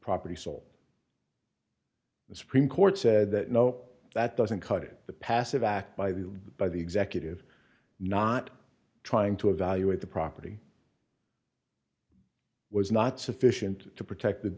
property sole the supreme court said that no that doesn't cut it the passive act by the by the executive not trying to evaluate the property was not sufficient to protect the